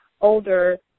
older